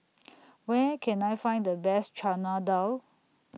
Where Can I Find The Best Chana Dal